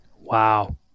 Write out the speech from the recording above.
Wow